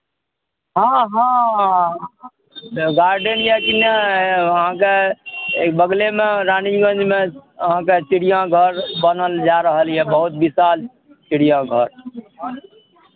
हँ हँ गार्डेन यए कि नहि अहाँके बगलेमे रानीगंजमे अहाँके चिड़िआघर बनल जा रहल यए बहुत विशाल चिड़िआघर